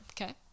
okay